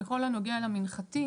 בכל הנוגע למנחתים,